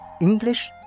English